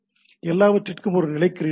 எல்லாவற்றிற்கும் ஒரு நிலைக் குறியீடு உள்ளது